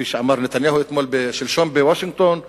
כפי שאמר נתניהו שלשום בוושינגטון: